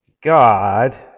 God